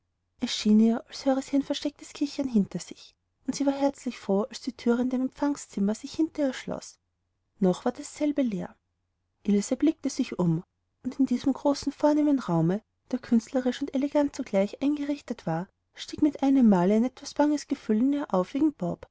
ihr als höre sie verstecktes kichern hinter sich und sie war herzlich froh als die thür in dem empfangszimmer sich hinter ihr schloß noch war dasselbe leer ilse blickte sich um und in diesem großen vornehmen raume der künstlerisch und elegant zugleich eingerichtet war stieg mit einem male ein etwas banges gefühl in ihr auf